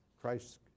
Christ